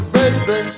baby